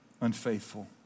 unfaithful